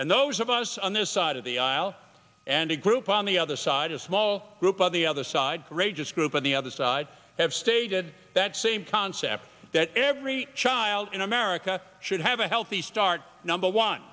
and those of us on this side of the aisle and a group on the other side a small group of the other side courageous group on the other side have stated that same concept that every child in america should have a healthy start number one